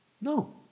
No